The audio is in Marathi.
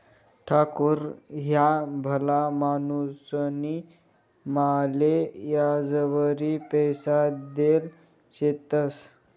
ठाकूर ह्या भला माणूसनी माले याजवरी पैसा देल शेतंस